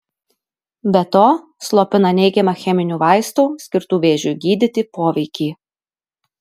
be to slopina neigiamą cheminių vaistų skirtų vėžiui gydyti poveikį